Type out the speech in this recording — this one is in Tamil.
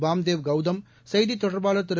பாம்தேவ் கவுதம் செய்தி தொடர்பாளர் திரு